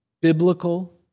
biblical